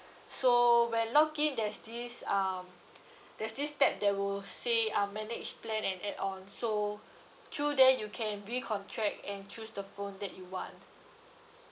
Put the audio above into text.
so when login there's this um there's this tab that will say uh manage plan and add on so through there you can recontract and choose the phone that you want